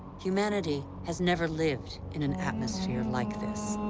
humanity has never lived in an atmosphere like this.